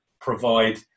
provide